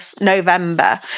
november